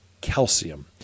calcium